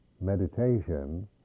meditation